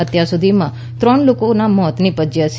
અત્યાર સુધીમાં ત્રણ લોકોના મોત નિપજ્યાં છે